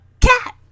cat